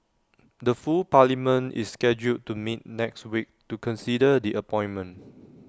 the full parliament is scheduled to meet next week to consider the appointment